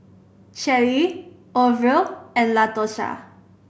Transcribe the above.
Shelly Orvil and Latosha